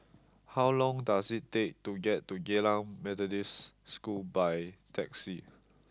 how long does it take to get to Geylang Methodist School by taxi